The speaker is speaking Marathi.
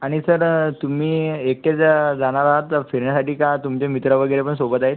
आणि सर तुम्ही एकटेच जाणार आहात फिरण्यासाठी का तुमचे मित्र वगैरे पण सोबत आहेत